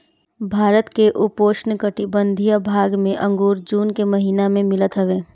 भारत के उपोष्णकटिबंधीय भाग में अंगूर जून के महिना में मिलत हवे